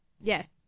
Yes